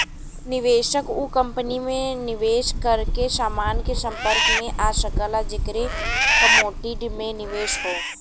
निवेशक उ कंपनी में निवेश करके समान के संपर्क में आ सकला जेकर कमोडिटी में निवेश हौ